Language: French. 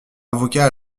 avocat